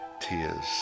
tears